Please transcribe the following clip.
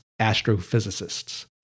astrophysicists